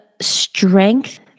strength